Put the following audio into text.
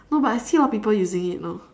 no but I see a lot people using it now